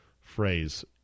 phrase